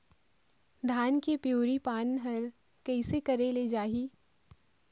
धान के पिवरी पान हर कइसे करेले जाही?